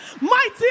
Mighty